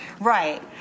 right